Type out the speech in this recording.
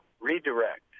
redirect